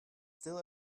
still